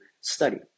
study